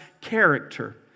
character